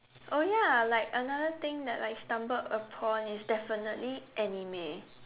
oh ya like another thing that I stumbled upon is definitely anime